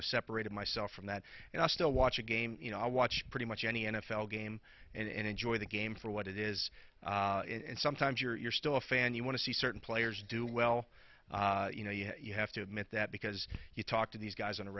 of separated myself from that and i still watch a game you know i watch pretty much any n f l game and enjoy the game for what it is and sometimes you're still a fan you want to see certain players do well you know you have to admit that because you talk to these guys on a